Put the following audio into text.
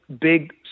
big